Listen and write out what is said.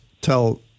tell